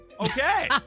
Okay